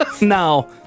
Now